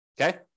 Okay